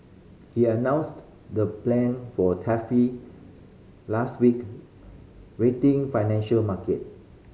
he announced the plan for tariff last week rattling financial market